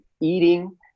eating